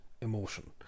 emotion